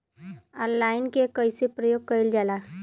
Online के कइसे प्रयोग कइल जाला?